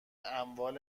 اموال